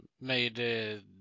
made